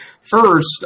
First